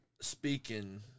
Speaking